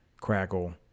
Crackle